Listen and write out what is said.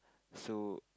so